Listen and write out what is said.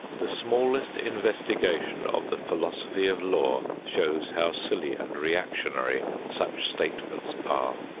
the smallest investigation of the philosophy of law shows how silly and reactionary such statements are.